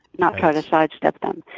not kind of to side-step them.